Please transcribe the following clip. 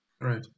Right